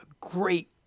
great